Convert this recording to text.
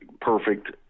perfect